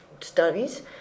studies